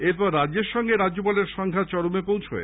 এরপর রাজ্যের সঙ্গে রাজ্যপালের সংঘাত চরমে পৌঁছয়